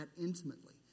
intimately